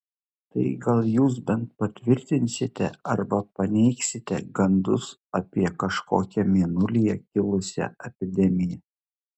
tai gal jūs bent patvirtinsite arba paneigsite gandus apie kažkokią mėnulyje kilusią epidemiją